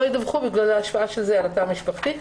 ידווחו בגלל ההשפעה של זה על התא המשפחתי.